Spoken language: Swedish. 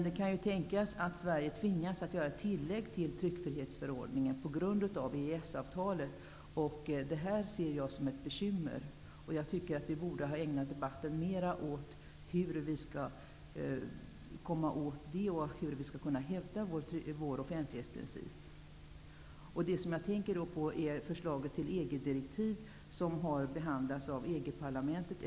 Det kan tänkas att Sverige tvingas att göra tillägg till tryckfrihetsförordningen på grund av EES avtalet, vilket jag ser som ett bekymmer. Vi borde ha ägnat debatten mera åt hur vi skall kunna hävda vår offentlighetsprincip. Jag tänker då på förslaget till EG-direktiv, som har behandlats i EG parlamentet.